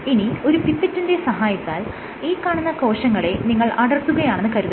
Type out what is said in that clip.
ഇനി ഒരു പിപ്പറ്റിന്റെ സഹായത്താൽ ഈ കാണുന്ന കോശങ്ങളെ നിങ്ങൾ അടർത്തുകയാണെന് കരുതുക